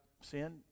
sin